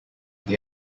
they